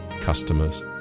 customers